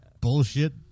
bullshit